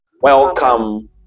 welcome